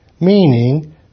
meaning